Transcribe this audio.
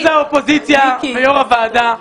מרכז האופוזיציה ויו"ר הוועדה,